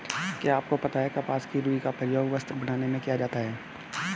क्या आपको पता है कपास की रूई का प्रयोग वस्त्र बनाने में किया जाता है?